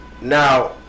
Now